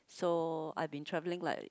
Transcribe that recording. so I've been travelling like